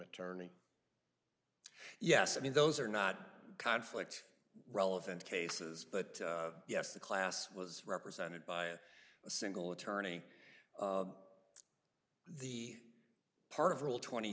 attorney yes i mean those are not conflict relevent cases but yes the class was represented by a single attorney the part of rule twenty